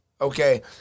Okay